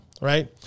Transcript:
right